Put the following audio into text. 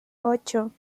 ocho